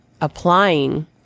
applying